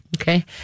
Okay